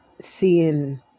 seeing